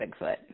Bigfoot